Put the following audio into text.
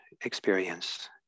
experience